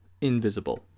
invisible